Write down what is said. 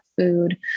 food